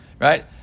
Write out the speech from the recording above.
right